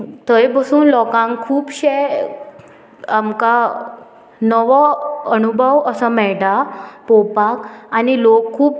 थंय बसून लोकांक खुबशे आमकां नवो अणभव असो मेळटा पळोवपाक आनी लोक खूब